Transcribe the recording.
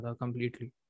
completely